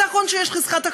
נכון שיש חזקת החפות,